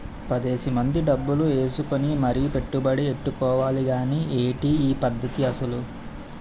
పదేసి మంది డబ్బులు ఏసుకుని మరీ పెట్టుబడి ఎట్టుకోవాలి గానీ ఏటి ఈ పద్దతి అసలు?